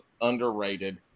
underrated